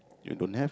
you don't have